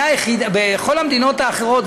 בכל המדינות האחרות,